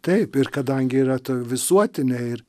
taip ir kadangi yra ta visuotinė ir